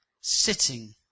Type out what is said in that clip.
sitting